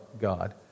God